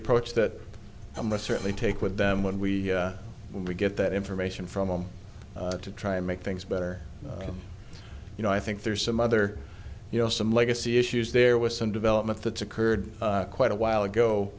approach that i most certainly take with them when we when we get that information from them to try and make things better you know i think there's some other you know some legacy issues there was some development that's occurred quite a while ago